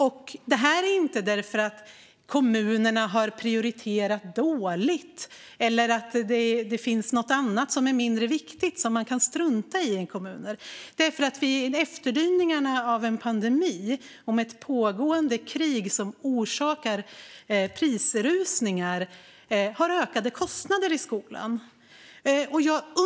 Det sker inte för att kommunerna har prioriterat dåligt eller för att det finns någonting annat som är mindre viktigt som man i kommunerna kan strunta i. I efterdyningarna av en pandemi och med ett pågående krig som orsakar prisrusningar har man ökade kostnader i skolan.